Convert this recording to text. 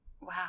Wow